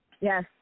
Yes